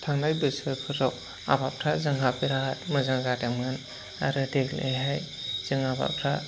थांनाय बोसोरफोराव आबादफ्रा जोंना बिराद मोजां जादोंमोन आरो देग्लायहाय जोंना आबादफ्रा